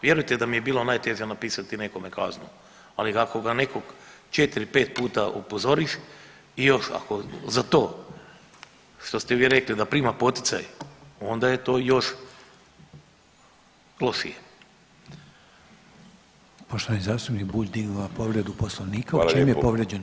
Vjerujte da mi je bilo najteže napisati nekome kaznu, ali ako ga nekog 4, 5 puta upozoriš i još ako za to što ste vi rekli, da prima poticaj, onda je to još lošije.